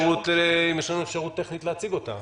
אם יש לנו אפשרות טכנית להציג אותה.